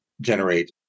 generate